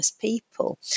people